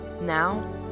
Now